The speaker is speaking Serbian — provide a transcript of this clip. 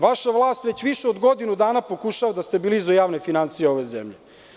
Vaša vlast već više od godinu dana pokušava da stabilizuje javne finansije ove zemlje.